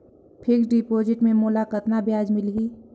Fixed deposit मे मोला कतका ब्याज मिलही?